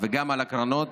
וגם על הקרנות,